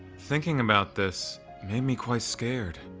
thinking about this made me quite scared,